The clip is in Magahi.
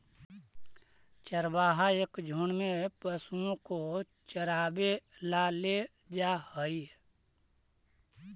चरवाहा एक झुंड में पशुओं को चरावे ला ले जा हई